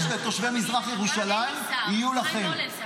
הנה התשובה: אותן זכויות שיש לתושבי מזרח ירושלים יהיו לכם.